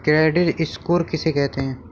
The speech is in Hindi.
क्रेडिट स्कोर किसे कहते हैं?